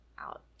out